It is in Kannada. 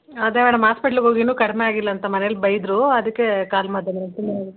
ಅದೇ ಮೇಡಮ್ ಹಾಸ್ಪಿಟಲ್ಗೆ ಹೋಗಿನು ಕಡಿಮೆಯಾಗಿಲ್ಲ ಅಂತ ಮನೇಲಿ ಬೈದರು ಅದಕ್ಕೆ ಕಾಲ್ ಮಾಡಿದೆ ಮೇಡಮ್